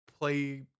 Play